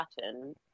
pattern